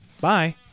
Bye